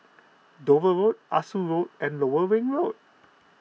Dover Road Ah Soo Walk and Lower Ring Road